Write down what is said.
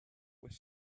was